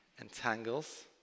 entangles